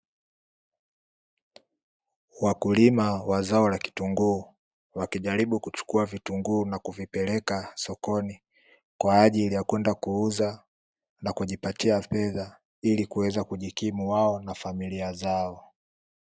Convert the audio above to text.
Wakulima wa zao la kitunguu wakijaribu kuchukua vitunguu na kuvipeleka sokoni, kwa ajili ya kwenda kuuza na kujipatia fedha ili kuweza kujikimu wao na familia zao.